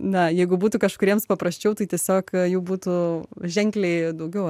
na jeigu būtų kažkuriems paprasčiau tai tiesiog jų būtų ženkliai daugiau